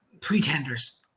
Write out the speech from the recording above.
pretenders